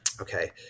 Okay